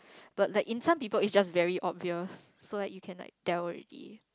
but that in some people it's just very obvious so like you can like tell already